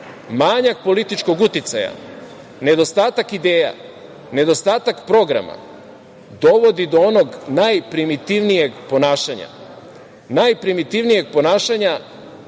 manjak političkog uticaja, nedostatak ideja, nedostatak programa dovodi do onog najprimitivnijeg ponašanja koje se može